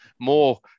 more